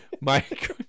Mike